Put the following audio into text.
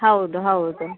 ಹೌದು ಹೌದು